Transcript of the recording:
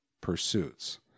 pursuits